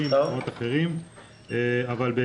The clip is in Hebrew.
זה אומר